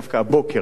דווקא הבוקר,